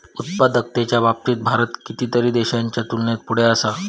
उत्पादकतेच्या बाबतीत भारत कितीतरी देशांच्या तुलनेत पुढे असा